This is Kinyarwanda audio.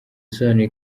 bisobanuye